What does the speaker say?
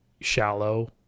shallow